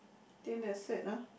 think that's it ah